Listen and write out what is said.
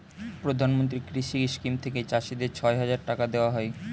প্রধানমন্ত্রী কৃষি স্কিম থেকে চাষীদের ছয় হাজার টাকা দেওয়া হয়